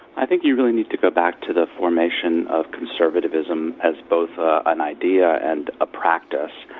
i think you really need to go back to the formation of conservatism as both ah an idea and a practice.